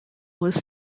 was